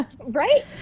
right